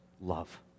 love